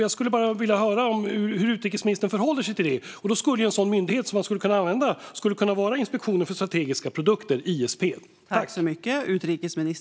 Jag vill därför höra hur utrikesministern förhåller sig till det. En myndighet som man skulle kunna använda är Inspektionen för strategiska produkter, ISP.